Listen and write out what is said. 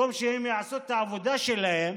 במקום שהם יעשו את העבודה שלהם,